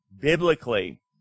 biblically